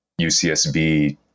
ucsb